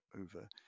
over